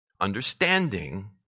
understanding